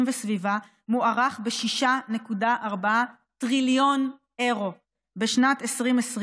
וסביבה מוערך ב-6.4 טריליון אירו בשנת 2020,